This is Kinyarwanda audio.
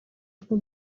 two